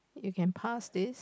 you can pass this